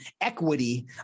equity